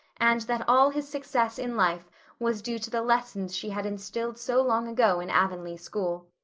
and that all his success in life was due to the lessons she had instilled so long ago in avonlea school.